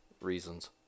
reasons